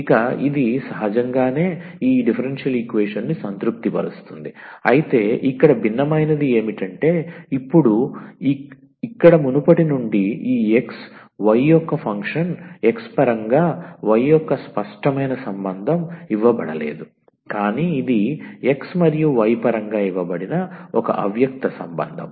ఇక ఇది సహజంగానే ఈ డిఫరెన్షియల్ ఈక్వేషన్ ని సంతృప్తిపరుస్తుంది అయితే ఇక్కడ భిన్నమైనది ఏమిటి అంటే ఇప్పుడు ఇక్కడ మునుపటి నుండి ఈ x y యొక్క ఫంక్షన్ x పరంగా y యొక్క స్పష్టమైన సంబంధం ఇవ్వబడలేదు కానీ ఇది x మరియు y పరంగా ఇవ్వబడిన ఒక అవ్యక్త సంబంధం